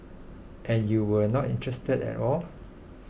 and you were not interested at all